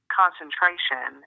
concentration